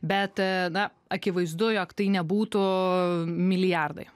bet na akivaizdu jog tai nebūtų milijardai